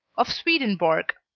of swedenborg.